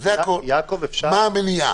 שקד שאמרה שההחמרה הייתה דרמטית.